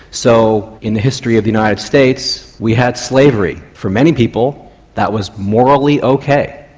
so in the history of the united states we had slavery. for many people that was morally ok,